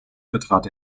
vertrat